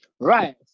Right